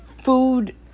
food